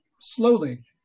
slowly